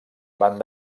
van